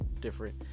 different